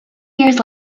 years